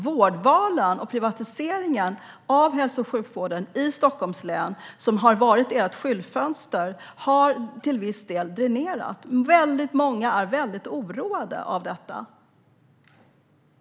Vårdvalen och privatiseringen av hälso och sjukvården i Stockholms län, som har varit ert skyltfönster, har till viss del fungerat dränerande. Väldigt många är väldigt oroade av detta.